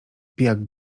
pijak